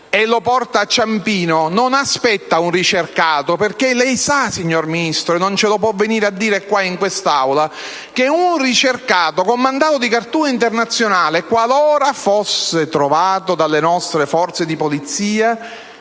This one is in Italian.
e lo porta a Ciampino, non aspetta un ricercato, perché come lei sa, signor Ministro (e non può certo venirci a dire qui il contrario), un ricercato con mandato di cattura internazionale, qualora fosse trovato dalle nostre forze di polizia,